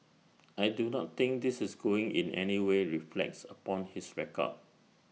I do not think this is going in anyway reflects upon his record